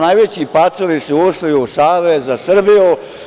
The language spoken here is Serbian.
Najveći pacovi su ušli u Savez za Srbiju.